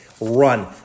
Run